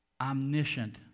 Omniscient